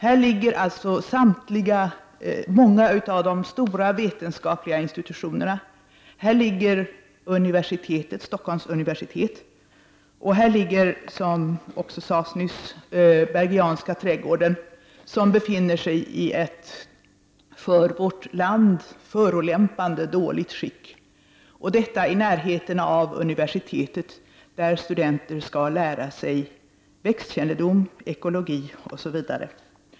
Här ligger många av de stora vetenskapliga institutionerna. Här ligger Stockholms universitet och Bergianska trädgården, som befinner sig i ett för vårt land förolämpande dåligt skick, och detta i närheten av universitetet, där studenter skall undervisas i växtkännedom, ekologi osv.